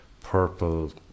purple